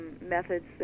methods